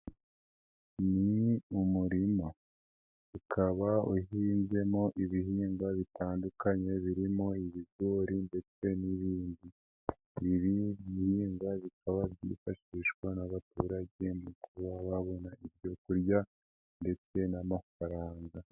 Ni umuma ukaba uhinzemo ibihingwa bitandukanye birimo ibigori ndetse n'ibindi, ibi bihingwa bikaba byifashishwa n'abaturage mu kuba babona ibyo kurya ndetse n'amafaranga.